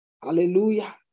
Hallelujah